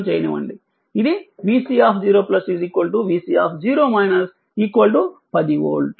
కాబట్టి ఇది vC 0 vC 10 volt